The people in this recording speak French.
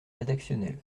rédactionnel